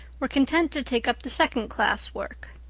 were content to take up the second class work.